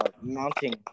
mounting